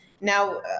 Now